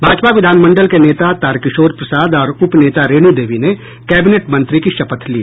भाजपा विधानमंडल के नेता तारकिशोर प्रसाद और उप नेता रेणू देवी ने कैबिनेट मंत्री की शपथ ली